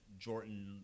Jordan